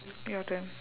your turn